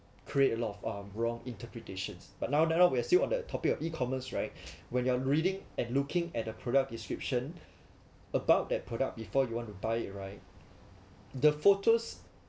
create a lot of our wrong interpretations but now that we are still on the topic of e-commerce right when I'm reading and looking at a product description about that product before you want to buy it right the photos